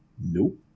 nope